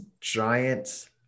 giant